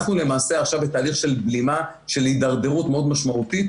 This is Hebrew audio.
אנחנו למעשה עכשיו בתהליך של בלימה של התדרדרות מאוד משמעותית.